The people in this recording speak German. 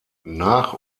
nach